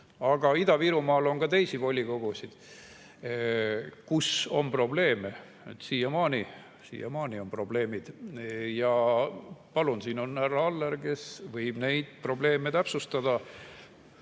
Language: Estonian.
Aga Ida-Virumaal on ka teisi volikogusid, kus on probleeme, siiamaani on probleemid. Ja palun, siin on härra Aller, kes võib neid probleeme täpsustada